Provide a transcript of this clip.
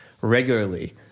regularly